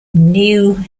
new